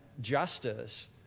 justice